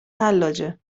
حلاجه